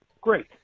Great